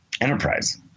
enterprise